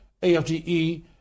AFGE